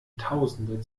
tausende